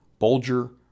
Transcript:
Bolger